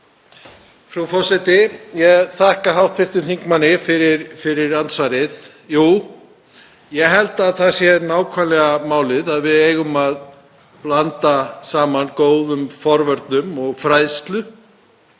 Frú forseti. Ég þakka hv. þingmanni fyrir andsvarið. Jú, ég held að það sé nákvæmlega málið, að við eigum að blanda saman góðum forvörnum og fræðslu